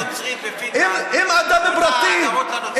הכנסייה הנוצרית הפיצה אדמות לנוצרים.